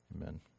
Amen